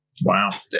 Wow